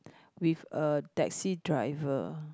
with a taxi driver